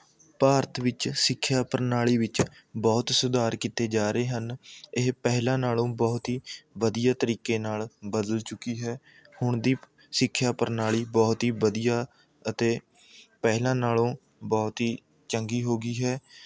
ਭਾਰਤ ਵਿੱਚ ਸਿੱਖਿਆ ਪ੍ਰਣਾਲੀ ਵਿੱਚ ਬਹੁਤ ਸੁਧਾਰ ਕੀਤੇ ਜਾ ਰਹੇ ਹਨ ਇਹ ਪਹਿਲਾਂ ਨਾਲੋਂ ਬਹੁਤ ਹੀ ਵਧੀਆ ਤਰੀਕੇ ਨਾਲ਼ ਬਦਲ ਚੁੱਕੀ ਹੈ ਹੁਣ ਦੀ ਸਿੱਖਿਆ ਪ੍ਰਣਾਲੀ ਬਹੁਤ ਹੀ ਵਧੀਆ ਅਤੇ ਪਹਿਲਾਂ ਨਾਲੋਂ ਬਹੁਤ ਹੀ ਚੰਗੀ ਹੋ ਗਈ ਹੈ